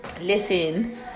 listen